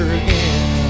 again